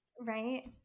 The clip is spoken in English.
right